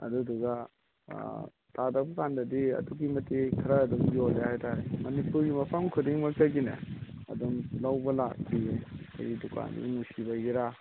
ꯑꯗꯨꯗꯨꯒ ꯇꯥꯗꯕ ꯀꯥꯟꯗꯗꯤ ꯑꯗꯨꯛꯀꯤ ꯃꯇꯤꯛ ꯈꯔ ꯑꯗꯨꯝ ꯌꯣꯜꯂꯦ ꯍꯥꯏꯇꯔꯦ ꯃꯅꯤꯄꯨꯔꯒꯤ ꯃꯐꯝ ꯈꯨꯗꯤꯡꯃꯛꯇꯒꯤꯅꯦ ꯑꯗꯨꯝ ꯂꯧꯕ ꯂꯥꯛꯄꯤꯑꯕ ꯑꯩꯒꯤ ꯗꯨꯀꯥꯟꯁꯤꯕꯨ ꯅꯨꯡꯁꯤꯕꯒꯤꯔꯥ